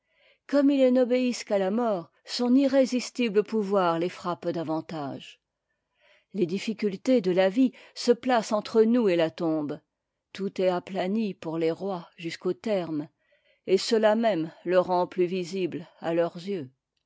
comme ils n'obéissent qu'à la mort son irrésistible pouvoir les frappe davantage les difficultés de la vie se placent entre nous et la tombe tout est aplani pour les rois jusqu'au terme et cela même le rend ptus visible à leurs yeux